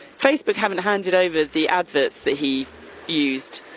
facebook haven't handed over the adverts that he used.